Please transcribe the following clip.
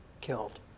killed